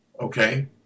Okay